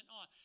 on